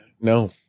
No